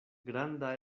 granda